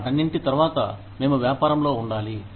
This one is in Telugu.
వాటన్నింటి తర్వాత మేము వ్యాపారంలో ఉండాలి